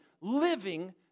living